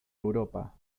europa